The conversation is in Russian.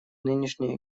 нынешней